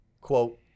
Quote